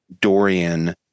Dorian